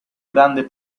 grande